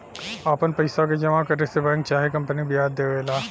आपन पइसा के जमा करे से बैंक चाहे कंपनी बियाज देवेला